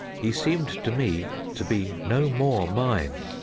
he seemed to me to be no more mine.